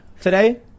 today